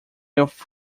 which